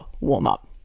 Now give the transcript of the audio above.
warm-up